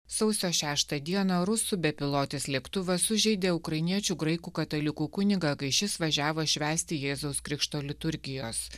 sausio šeštą dieną rusų bepilotis lėktuvas sužeidė ukrainiečių graikų katalikų kunigą kai šis važiavo švęsti jėzaus krikšto liturgijos